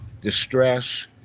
Distress